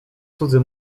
cudzy